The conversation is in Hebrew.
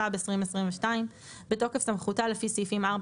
התשפ"ב 2022 בתוקף סמכותה לפי סעיפים 4,